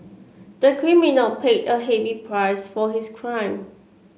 the criminal paid a heavy price for his crime